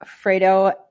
Fredo